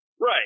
Right